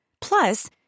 Plus